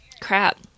Crap